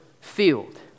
field